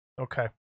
Okay